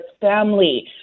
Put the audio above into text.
family